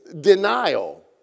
denial